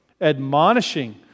admonishing